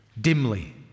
dimly